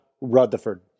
Rutherford